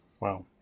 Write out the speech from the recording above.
Wow